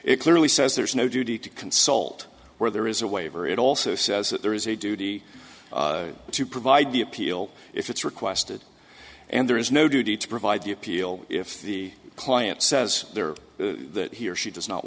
it clearly says there's no duty to consult where there is a waiver it also says that there is a duty to provide the appeal if it's requested and there is no duty to provide the appeal if the client says there that he or she does not